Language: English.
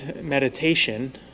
meditation